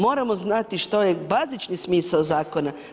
Moramo znati što je bazični smisao zakona.